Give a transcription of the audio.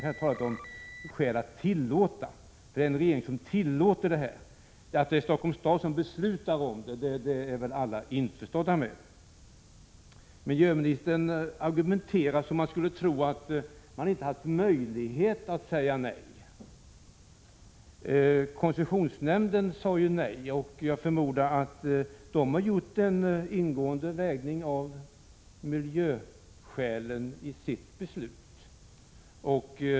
Här har talats om skäl att tillåta — för det är regeringen som tillåter detta. Att det är Stockholms kommun som beslutar om det är väl alla införstådda med. Miljöministern argumenterar så att man skulle kunna tro att det inte har funnits möjlighet att säga nej. Koncessionsnämnden sade ju nej, och jag förmodar att den har gjort en ingående avvägning av miljöskälen i samband med sitt beslut.